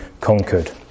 conquered